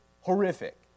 Horrific